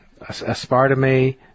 aspartame